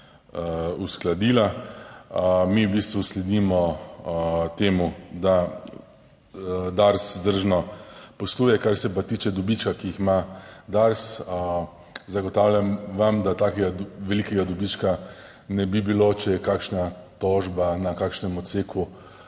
uskladila. Mi v bistvu sledimo temu, da Dars vzdržno posluje. Kar se pa tiče dobička, ki jih ima Dars, zagotavljam vam, da takega velikega dobička ne bi bilo, če je kakšna tožba na kakšnem odseku